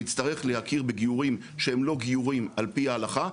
נצטרך להכיר בגיורים שהם לא גיורים על פי ההלכה,